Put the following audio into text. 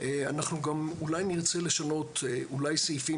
אנחנו גם אולי נרצה לשנות אולי סעיפים